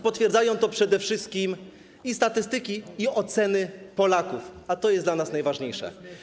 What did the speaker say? Potwierdzają to przede wszystkim statystyki i oceny Polaków, a to jest dla nas najważniejsze.